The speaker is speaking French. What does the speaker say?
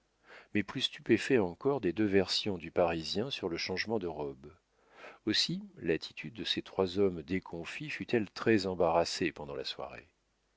mais plus stupéfaits encore des deux versions du parisien sur le changement de robe aussi l'attitude de ces trois hommes déconfits fut-elle très embarrassée pendant la soirée